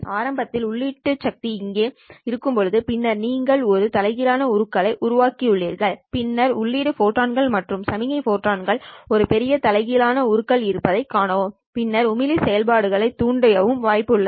ஆரம்பத்தில் உள்ளீட்டு சக்தி இங்கே இருக்கும்போது பின்னர் நீங்கள் ஒரு தலைகீழான உருக்கள் உருவாக்கியுள்ளீர்கள் பின்னர் உள்ளீடு ஃபோட்டான்கள் மற்றும் சமிக்ஞை ஃபோட்டான்கள் ஒரு பெரிய தலைகீழான உருக்கள் இருப்பதைக் காணவும் பின்னர் உமிழ்வு செயல்முறையைத் தூண்டவும் வாய்ப்பு உள்ளது